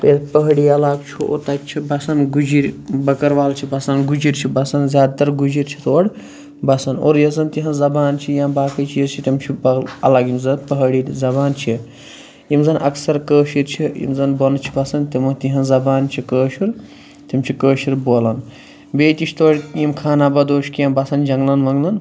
یہِ پہٲڑی عَلاقہٕ چھُ اور تَتہِ چھِ بَسان گُجِرۍ بٔکٕروال چھِ بَسان گُجِرۍ چھِ بَسان زیادٕ تَر گُجِرۍ چھِ تورٕ بَسان اور یۄس زَن تہنٛز زبان چھِ یا باقٕے چیٖز چھِ تِم چھِ الگ یِم زَن پہٲڑی زَبان چھِ یِم زَن اَکثر کٲشِرۍ چھِ یِم زَن بۄنہٕ چھِ بَسان تِمو تہنٛز زَبان چھِ کٲشُر تِم چھِ کٲشُر بولان بیٚیہِ تہِ چھِ تورٕ یِم خانہ بَدوش کیٚنٛہہ بَسان جَنٛگلَن وَنٛگلَن